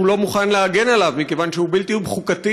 לא מוכן להגן עליו מכיוון שהוא בלתי חוקתי,